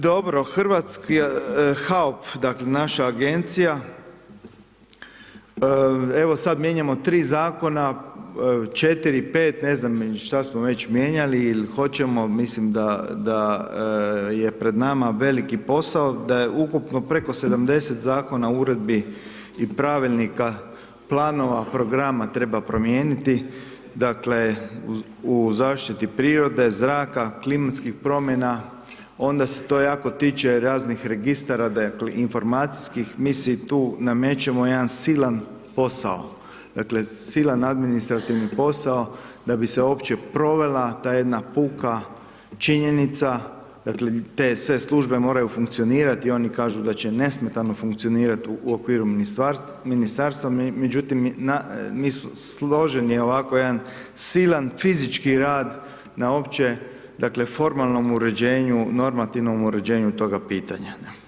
Dobro, HAOP, dakle, naša Agencija, evo sad mijenjamo 3 Zakona, 4,5, ne znam šta smo već mijenjali il hoćemo, mislim da je pred nama veliki posao, da je ukupno preko 70 Zakona o uredbi i Pravilnika, planova, programa, treba promijeniti, dakle, u zaštiti prirode, zraka, klimatskih promjena, onda se to jako tiče raznih registara, dakle, informacijskih mi si tu namećemo jedan silan posao, dakle silan administrativni posao da bi se uopće provela ta jedna puka činjenica, dakle te sve službe moraju funkcionirati, oni kažu da će nesmetano funkcionirati u okviru ministarstva, međutim složen je ovako jedan silan fizički rad na opće formalnoj uređenju, normativnom uređenju tog pitanja.